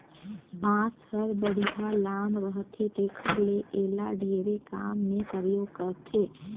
बांस हर बड़िहा लाम रहथे तेखर ले एला ढेरे काम मे परयोग करथे